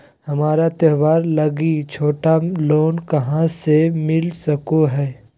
हमरा त्योहार लागि छोटा लोन कहाँ से मिल सको हइ?